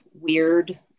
weird